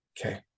Okay